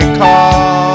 call